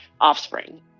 offspring